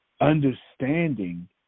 understanding